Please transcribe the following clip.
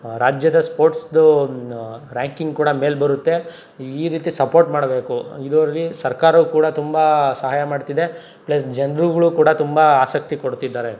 ರಾಜ್ಯದ ಸ್ಪೋರ್ಟ್ಸ್ದೂ ರ್ಯಾಂಕಿಂಗ್ ಕೂಡ ಮೇಲೆ ಬರುತ್ತೆ ಈ ರೀತಿ ಸಪೋರ್ಟ್ ಮಾಡಬೇಕು ಇದರಲ್ಲಿ ಸರ್ಕಾರವು ಕೂಡ ತುಂಬ ಸಹಾಯ ಮಾಡ್ತಿದೆ ಪ್ಲಸ್ ಜನ್ರುಗಳೂ ಕೂಡ ತುಂಬ ಆಸಕ್ತಿ ಕೊಡ್ತಿದ್ದಾರೆ